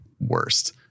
worst